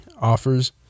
offers